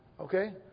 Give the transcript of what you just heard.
Okay